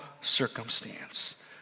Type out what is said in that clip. circumstance